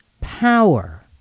power